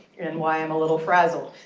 and why i'm a little frazzled